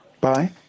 Bye